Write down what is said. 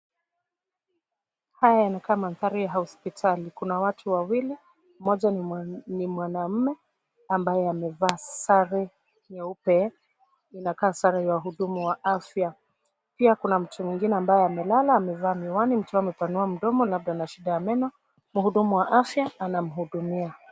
Haya yanakaa mandhari ya hospitali. Kuna watu wawili. Mmoja ni mwanamume ambaye amevaa sare nyeupe, inakaa sare ya wahudumu wa afya. Pia kuna mtu mwingine ambaye amelala, amevaa miwani, mtu huyo amepanua mdomo labda ana shida ya meno. Mhudumu wa afya anamhudumia.